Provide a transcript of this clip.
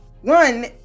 one